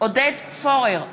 עודד פורר,